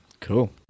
Cool